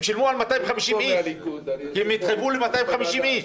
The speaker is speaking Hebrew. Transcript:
הם שילמו על 250 איש, כי הם התחייבו ל-250 איש.